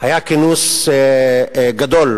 היה כינוס גדול,